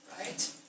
right